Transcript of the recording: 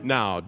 Now